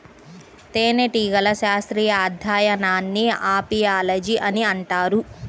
తేనెటీగల శాస్త్రీయ అధ్యయనాన్ని అపియాలజీ అని అంటారు